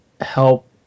help